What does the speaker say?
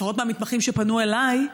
לפחות מהמתמחים שפנו אליי,